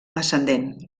ascendent